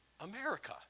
America